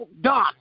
done